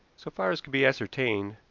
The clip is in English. so far as could be ascertained,